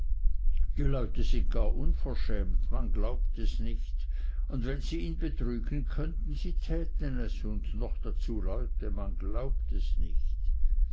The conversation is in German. die leute sind gar unverschämt man glaubt es nicht und wenn sie ihn betrügen könnten sie täten es und noch dazu leute man glaubt es nicht